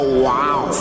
wow